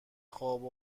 خواب